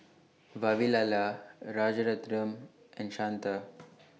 Vavilala Rajaratnam and Santha